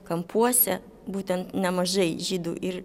kampuose būtent nemažai žydų ir